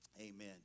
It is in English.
Amen